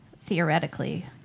theoretically